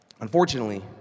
Unfortunately